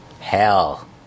Hell